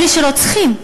אלה שרוצחים.